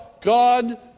God